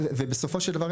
ובסופו של דבר,